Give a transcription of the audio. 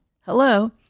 Hello